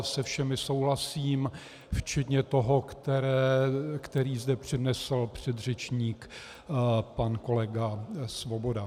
Se všemi souhlasím včetně toho, který zde přednesl předřečník pan kolega Svoboda.